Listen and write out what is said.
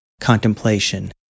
contemplation